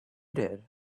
did